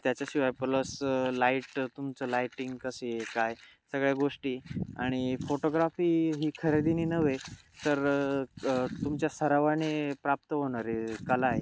त्याच्याशिवाय plus light तुमचं lighting कशी आहे काय सगळ्या गोष्टी आणि फोटोग्राफी ही खरेदीने नव्हे तर तुमच्या सरावाने प्राप्त होणार आहे कला आहे